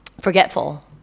forgetful